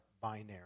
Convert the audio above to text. binary